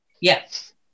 Yes